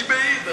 אני מעיד.